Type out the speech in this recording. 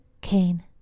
Cain